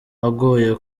agoye